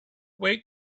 wait